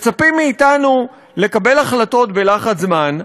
מצפים מאתנו לקבל החלטות בלחץ זמן,